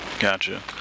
Gotcha